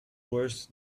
worse